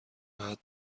راحت